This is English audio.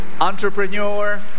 entrepreneur